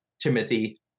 Timothy